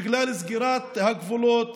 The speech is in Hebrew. בגלל סגירת הגבולות